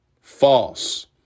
False